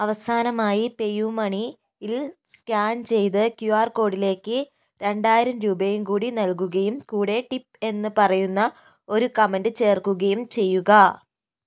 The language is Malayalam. അവസാനമായി പേയുമണി ഇൽ സ്കാൻ ചെയ്ത് ക്യു ആർ കോഡിലേക്ക് രണ്ടായിരം രൂപയും കൂടി നൽകുകയും കൂടെ ടിപ്പ് എന്ന് പറയുന്ന ഒരു കമൻറ്റ് ചേർക്കുകയും ചെയ്യുക